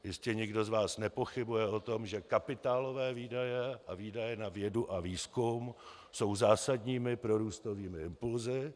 Jistě nikdo z vás nepochybuje o tom, že kapitálové výdaje a výdaje na vědu a výzkum jsou zásadními prorůstovými impulsy.